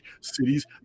cities